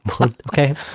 Okay